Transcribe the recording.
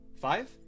five